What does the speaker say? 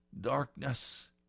darkness